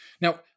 Now